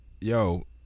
yo